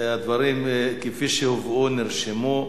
הדברים כפי שהובאו נרשמו.